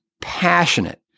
passionate